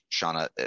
Shauna